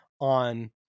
on